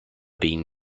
been